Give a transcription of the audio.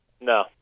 No